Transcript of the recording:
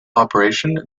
operation